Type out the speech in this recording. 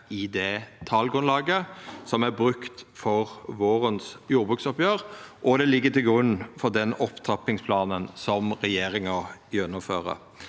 i det talgrunnlaget som er brukt for vårens jordbruksoppgjer, og det ligg til grunn for den opptrappingsplanen som regjeringa gjennomfører.